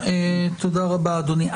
תודה רבה, אדוני.